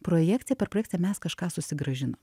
projekciją per projekciją mes kažką susigrąžinam